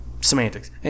semantics